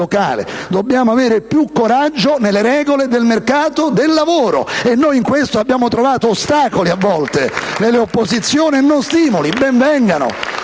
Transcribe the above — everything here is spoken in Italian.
Dobbiamo avere più coraggio nelle regole del mercato del lavoro e noi, in questo, abbiamo trovato ostacoli, a volte, nell'opposizione e non stimoli. *(Applausi